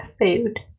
food